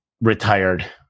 retired